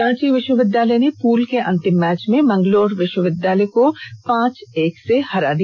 रांची विष्वविद्यालय ने पूल के अंतिम मैच में मैंगलूर विष्वविद्यालय को पांच एक से पराजित किया